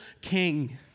king